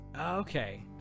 Okay